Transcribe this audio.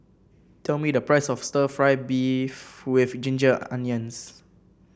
tell me the price of stir fry beef with Ginger Onions